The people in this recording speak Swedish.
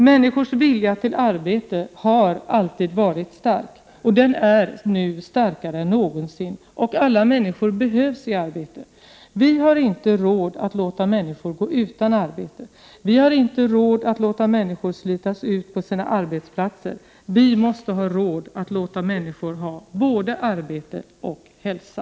Människors vilja till arbete har alltid varit stark, och den är nu starkare än någonsin. Och alla människor behövs i arbete. Vi har inte råd att låta människor gå utan arbete. Vi har inte råd att låta människor slitas ut på sina arbetsplatser. Vi måste ha råd att låta människor ha både arbete och hälsa.